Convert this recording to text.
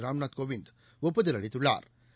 ராம்நாத்கோவிந்த் ஒப்புதல் அளித்துள்ளாா்